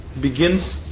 begins